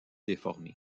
déformé